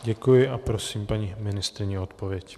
Děkuji a prosím paní ministryni o odpověď.